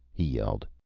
he yelled.